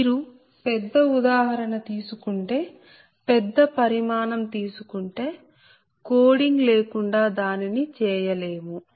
మీరు పెద్ద ఉదాహరణ తీసుకుంటే పెద్ద పరిమాణం తీసుకుంటే కోడింగ్ లేకుండా దానిని చేయలేము